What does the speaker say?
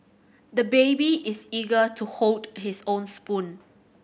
the baby is eager to hold his own spoon